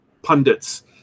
pundits